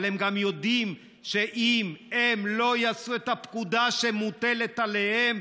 אבל הם גם יודעים שאם הם לא ימלאו את הפקודה שמוטלת עליהם,